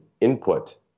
input